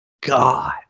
God